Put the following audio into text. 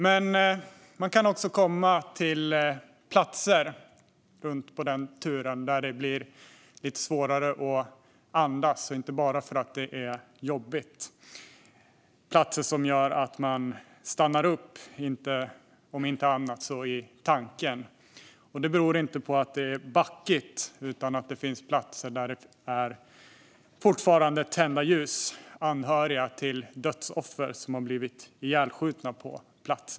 Men man kan på turen också komma till platser där det blir lite svårare att andas, och inte bara för att det är jobbig motion. Det är platser som gör att man stannar upp, om inte annat så i tanken. Det beror inte på att det är backigt, utan på att man ser ljus som tänts av anhöriga till personer som blivit ihjälskjutna där.